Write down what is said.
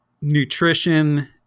nutrition